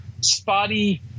spotty